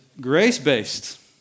grace-based